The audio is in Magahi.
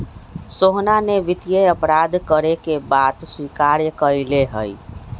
सोहना ने वित्तीय अपराध करे के बात स्वीकार्य कइले है